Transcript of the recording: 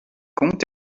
conte